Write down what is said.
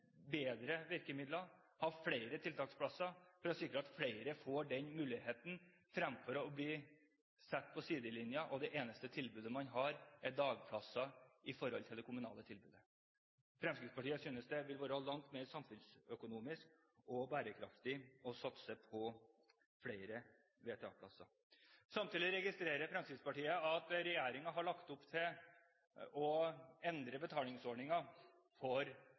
bedre virkemidler, ha flere tiltaksplasser for å sikre at flere får den muligheten, fremfor å bli satt på sidelinjen, og at det eneste tilbudet man har, er dagplasser i det kommunale tilbudet. Fremskrittspartiet synes det vil være langt mer samfunnsøkonomisk og bærekraftig å satse på flere VTA-plasser. Samtidig registrerer Fremskrittspartiet at regjeringen har lagt opp til å endre betalingsordningene for